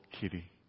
kitty